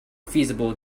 feasible